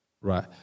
right